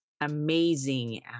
amazing